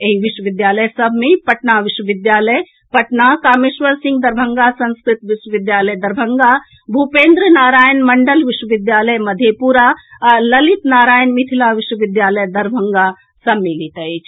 एहि विश्वविद्यालय सभ मे पटना विश्वविद्यालय पटना कामेश्वर सिंह दरभंगा संस्कृत विश्वविद्यालय दरभंगा भूपेन्द्र नारायण मंडल विश्वविद्यालय मधेपुरा आ ललित नारायण मिथिला विश्वविद्यालय दरभंगा सम्मिलित अछि